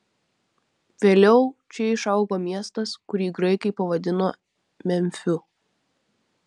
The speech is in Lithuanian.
vėliau čia išaugo miestas kurį graikai pavadino memfiu